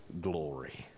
glory